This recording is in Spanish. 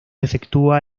efectúa